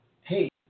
hey